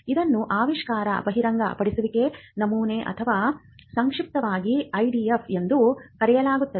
ಇದನ್ನು ಆವಿಷ್ಕಾರ ಬಹಿರಂಗಪಡಿಸುವಿಕೆ ನಮೂನೆ ಅಥವಾ ಸಂಕ್ಷಿಪ್ತವಾಗಿ IDF ಎಂದು ಕರೆಯಲಾಗುತ್ತದೆ